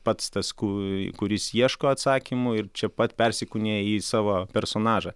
pats tas kuris ieško atsakymų ir čia pat persikūnija į savo personažą